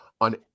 on